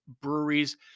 breweries